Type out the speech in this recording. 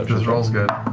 ah this roll's good.